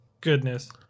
Goodness